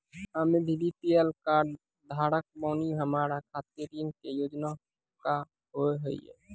हम्मे BPL card धारक बानि हमारा खातिर ऋण के योजना का होव हेय?